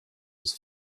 was